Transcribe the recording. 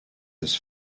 this